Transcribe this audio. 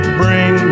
bring